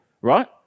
right